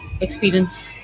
experience